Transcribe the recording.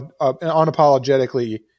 unapologetically